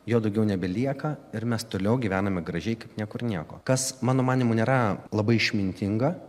jo daugiau nebelieka ir mes toliau gyvename gražiai kaip niekur nieko kas mano manymu nėra labai išmintinga